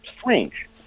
strange